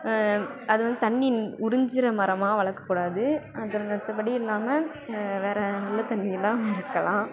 அது வந்து தண்ணி உறிஞ்சுற மரமாக வளர்க்க கூடாது அது மற்றபடி இல்லாமல் வேறு நல்லத்தண்ணி எல்லாம் வளர்க்கலாம்